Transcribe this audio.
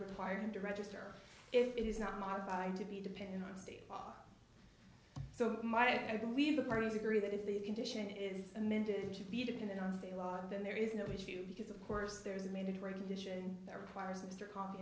required to register it is not modified to be dependent on state law so my i believe the parties agree that if the condition is amended to be dependent on the law then there is no issue because of course there is a mandatory condition that requires a mr coffee